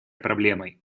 проблемой